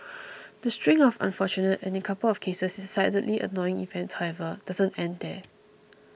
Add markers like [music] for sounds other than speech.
[noise] the string of unfortunate and in a couple of cases decidedly annoying events however doesn't end there